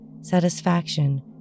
satisfaction